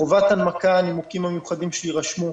חובת הנמקה הנימוקים המיוחדים שיירשמו,